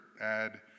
add